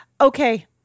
Okay